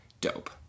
dope